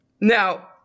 Now